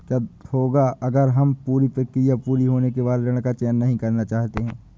क्या होगा अगर हम पूरी प्रक्रिया पूरी होने के बाद ऋण का चयन नहीं करना चाहते हैं?